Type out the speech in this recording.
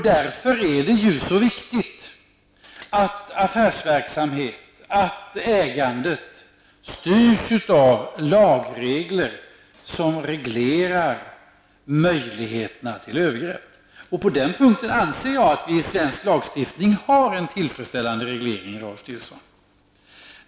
Därför är det ju också viktigt att affärsverksamhet och ägande styrs av lagregler som hindrar övergrepp. På den punkten anser jag att vi i svensk lagstiftning har tillfredsställande regler.